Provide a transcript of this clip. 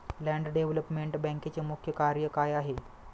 Land development बँकेचे मुख्य कार्य काय आहे?